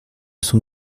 son